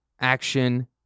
action